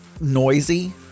noisy